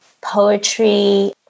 poetry